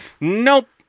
Nope